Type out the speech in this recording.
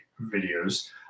videos